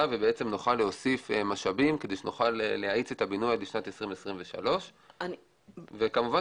ונוכל להוסיף משאבים כדי שנוכל להאיץ את הבינוי לשנת 2023. כמובן,